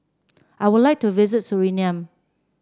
I would like to visit Suriname